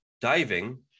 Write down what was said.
diving